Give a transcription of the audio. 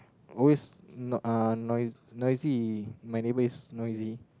always noi~ uh noise noisy my neighbor is noisy